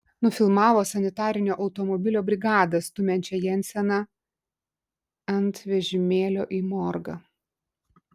nufilmavo sanitarinio automobilio brigadą stumiančią jenseną ant vežimėlio į morgą